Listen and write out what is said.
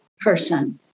person